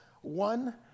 one